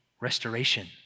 restoration